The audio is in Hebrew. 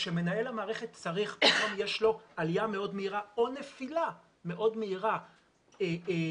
כשמנהל המערכת יש לו פתאום עלייה מאוד מהירה או נפילה מאוד מהירה במתח,